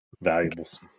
valuables